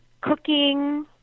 cooking